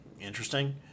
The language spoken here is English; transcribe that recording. interesting